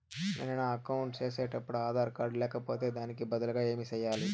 నేను నా అకౌంట్ సేసేటప్పుడు ఆధార్ కార్డు లేకపోతే దానికి బదులు ఏమి సెయ్యాలి?